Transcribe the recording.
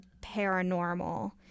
paranormal